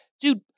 dude